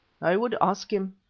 i would ask him,